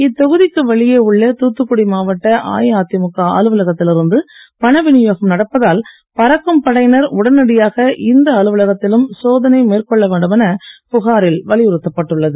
இத்தொகுதிக்கு வெளியே உள்ள தூத்துக்குடி மாவட்ட அஇஅதிமுக அலுவலகத்தில் இருந்து பண விநியோகம் நடப்பதால் பறக்கும் படையினர் உடனடியாக இந்த அலுவலகத்திலும் சோதனை மேற்கொள்ள வேண்டும் என புகாரில் வலியுறுத்தப்பட்டு உள்ளது